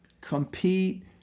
compete